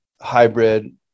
hybrid